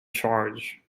charge